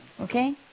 okay